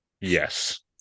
Yes